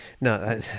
No